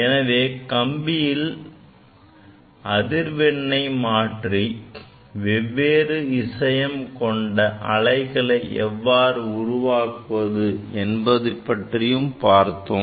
எனவே கம்பியின் அதிர்வெண்ணை மாற்றி வெவ்வேறு இசையம் கொண்ட அலைகளை எவ்வாறு உருவாக்குவது என்பது பற்றியும் பார்த்தோம்